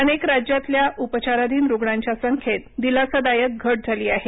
अनेक राज्यांतल्या उपचाराधीन रुग्णांच्या संख्येत दिलासादायक घट झाली आहे